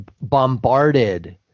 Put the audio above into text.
bombarded